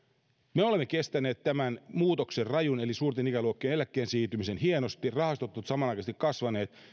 me olemme kestäneet tämän rajun muutoksen eli suurten ikäluokkien eläkkeelle siirtymisen hienosti rahastot ovat samanaikaisesti kasvaneet